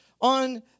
on